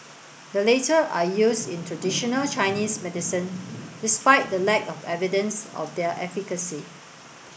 the latter are used in traditional Chinese medicine despite the lack of evidence of their efficacy